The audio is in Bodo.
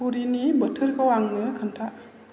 पुरिनि बोथोरखौ आंनो खोन्था